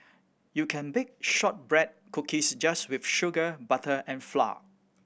you can bake shortbread cookies just with sugar butter and flour